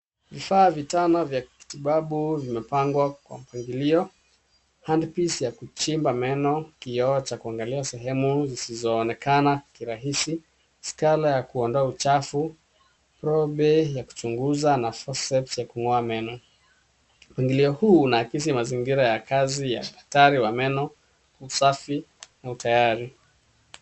Vifaa vitano vya kitibabu vimepangwa kwa mpangilio. Handpiece ya kuchimba meno, kioo cha kuangalia sehemu zisizoonekana kirahisi, scaler ya kuondoa uchafu, probe ya kuchunguza na forceps ya kung'oa meno. Mpangilio huu unaakisi mazingira ya kazi ya daktari wa meno, usafi na utayari.